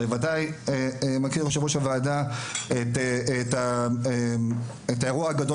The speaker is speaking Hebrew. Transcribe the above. בוודאי מכיר יושב ראש הוועדה את האירוע הגדול